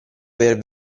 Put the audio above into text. aver